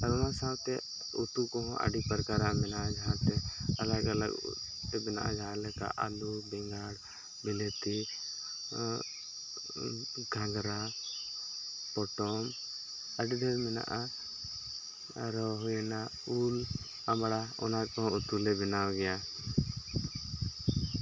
ᱚᱱᱟ ᱥᱟᱶᱛᱮ ᱩᱛᱩ ᱠᱚᱦᱚᱸ ᱟᱹᱰᱤ ᱯᱨᱚᱠᱟᱨᱟᱜ ᱢᱮᱱᱟᱜᱼᱟ ᱡᱟᱦᱟᱸᱛᱮ ᱟᱞᱟᱜᱽ ᱟᱞᱟᱜᱽ ᱛᱮ ᱵᱮᱱᱟᱜᱼᱟ ᱡᱟᱦᱟᱸ ᱞᱮᱠᱟ ᱟᱹᱞᱩ ᱵᱮᱸᱜᱟᱲ ᱵᱤᱞᱟᱹᱛᱤ ᱜᱷᱟᱸᱜᱽᱨᱟ ᱯᱚᱴᱚᱞ ᱟᱹᱰᱤ ᱰᱷᱮᱨ ᱢᱮᱱᱟᱜᱼᱟ ᱟᱨᱚ ᱦᱩᱭᱱᱟ ᱩᱞ ᱟᱢᱲᱟ ᱚᱱᱟ ᱠᱚᱦᱚᱸ ᱩᱛᱩ ᱞᱮ ᱵᱮᱱᱟᱣ ᱜᱮᱭᱟ